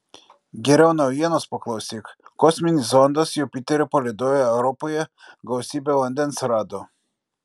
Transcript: geriau naujienos paklausyk kosminis zondas jupiterio palydove europoje gausybę vandens rado